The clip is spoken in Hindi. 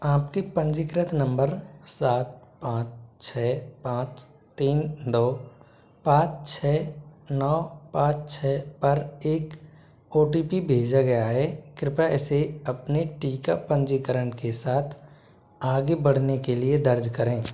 आपके पंजीकृत नंबर सात पाँच छ पाँच तीन दो पाँच छ नौ पाँच छ पर एक ओ टी पी भेजा गया है कृपया इसे अपने टीका पंजीकरण के साथ आगे बढ़ने के लिए दर्ज करें